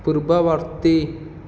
ପୂର୍ବବର୍ତ୍ତୀ